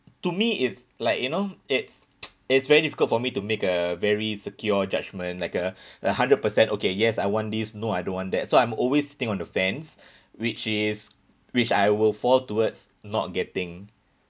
to me it's like you know it's it's very difficult for me to make a very secure judgement like a a hundred percent okay yes I want this no I don't want that so I'm always sitting on the fence which is which I will fall towards not getting